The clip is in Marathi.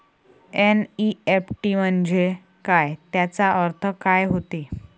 एन.ई.एफ.टी म्हंजे काय, त्याचा अर्थ काय होते?